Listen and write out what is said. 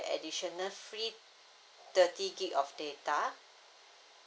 additional free thirty G_B of data